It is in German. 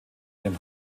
dem